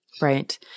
Right